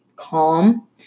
calm